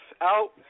out